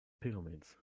pyramids